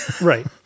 Right